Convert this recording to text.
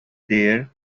their